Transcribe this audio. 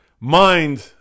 mind